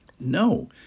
no